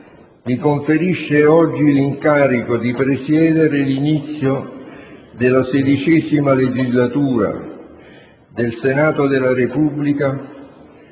mi conferisce oggi l'incarico di presiedere l'inizio della XVI legislatura del Senato della Repubblica,